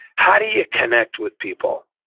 how do you connect with people?